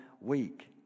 week